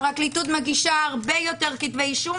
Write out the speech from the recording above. הפרקליטות מגישה הרבה יותר כתבי אישום